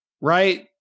right